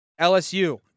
LSU